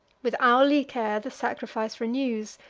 with hourly care the sacrifice renews,